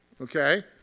Okay